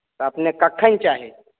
अपनेक कखन चाही